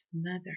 mother